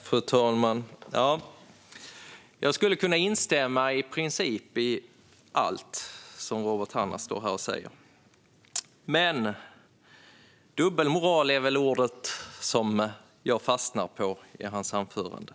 Fru talman! Jag skulle i princip kunna instämma i allt som Robert Hannah sa, men dubbelmoral är ordet jag fastnar på i hans anförande.